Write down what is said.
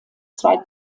zwei